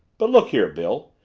but look here, bill,